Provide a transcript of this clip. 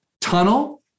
tunnel